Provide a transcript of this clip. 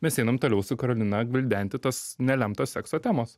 mes einam toliau su karolina gvildenti tos nelemtos sekso temos